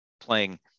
playing